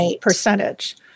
percentage